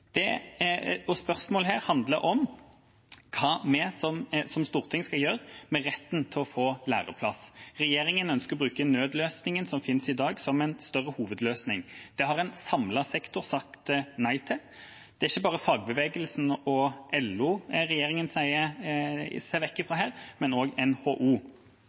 Spørsmålet her handler om hva vi som storting skal gjøre med retten til å få læreplass. Regjeringa ønsker å bruke den nødløsningen som finnes i dag, som en større hovedløsning. Det har en samlet sektor sagt nei til. Det er ikke bare fagbevegelsen og LO regjeringa snur seg vekk fra her, men også NHO.